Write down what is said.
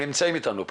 הם נמצאים איתנו פה.